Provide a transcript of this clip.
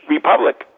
Republic